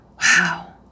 Wow